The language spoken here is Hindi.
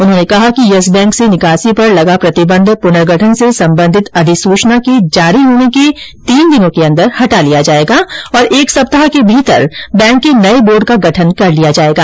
उन्होंने कहा कि यस बैंक से निकासी पर लगा प्रतिबंध पुनर्गठन से संबंधित अधिसूचना के जारी होने के तीन दिनों के अंदर हटा लिया जाएगा और एक सप्ताह के भीतर बैंक के नए बोर्ड का गठन कर लिया जाएगा